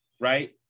right